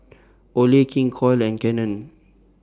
Olay King Koil and Canon